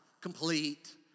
complete